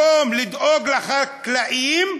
לדאוג לחקלאים,